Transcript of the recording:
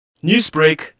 Newsbreak